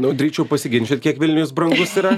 nu drįčiau pasiginčyt kiek vilnius brangus yra